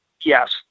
yes